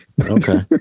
Okay